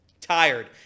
Tired